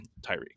Tyreek